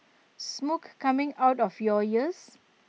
smoke coming out of your ears